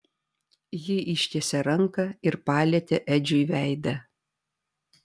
ji ištiesė ranką ir palietė edžiui veidą